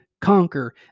conquer